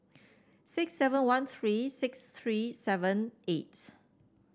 six seven one three six three seven eight